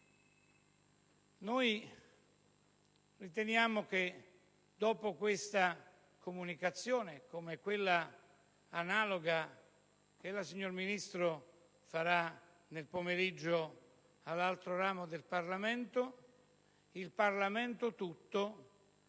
opportuno che, dopo questa comunicazione, come quella analoga che ella, signor Ministro, farà nel pomeriggio all'altro ramo del Parlamento, il Parlamento tutto